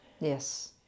yes